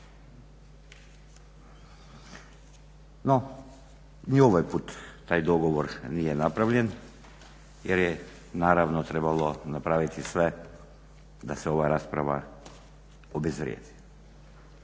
No, ni ovaj put taj dogovor nije napravljen jer je naravno trebalo napraviti sve da se ova rasprava obezvrijedi.